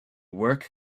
work